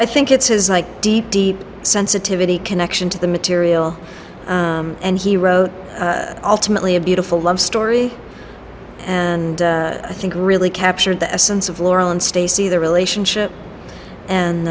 i think it says like deep deep sensitivity connection to the material and he wrote ultimately a beautiful love story and i think really captured the essence of laurel and stacie the relationship